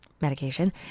medication